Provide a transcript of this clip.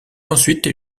ensuite